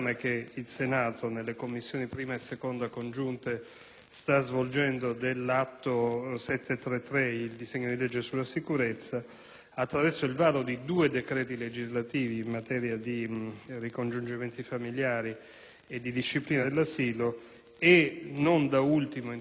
svolgendo nelle Commissioni 1ª e 2ª riunite, attraverso il varo di due decreti legislativi in materia di ricongiungimenti familiari e di disciplina dell'asilo e, non da ultimo in termini di importanza, attraverso la ratifica del Trattato di Prum.